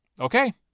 okay